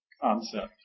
concept